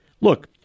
Look